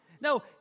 no